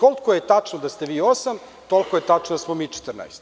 Koliko je tačno da ste vi osam, toliko je tačno da smo 14.